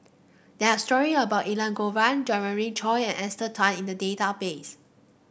there are story about Elangovan Jeremiah Choy and Esther Tan in the database